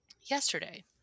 yesterday